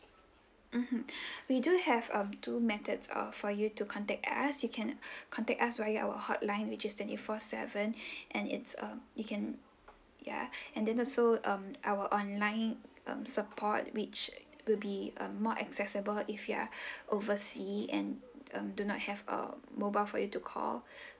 mmhmm we do have um two methods uh for you to contact us you can contact us via our hotline which is twenty four seven and it's um you can ya and then also um our online um support which will be um more accessible if you are oversea and um do not have uh mobile for you to call